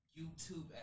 YouTube